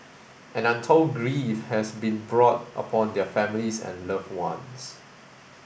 and untold grief has been brought upon their families and loved ones